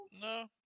No